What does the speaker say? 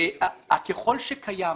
ה-ככל שקיים,